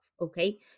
Okay